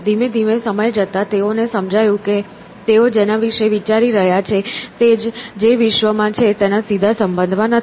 ધીમે ધીમે સમય જતાં તેઓને સમજાયું કે તેઓ જેના વિશે વિચારી રહ્યા છે તે જે વિશ્વમાં છે તેના સીધા સંબંધમાં નથી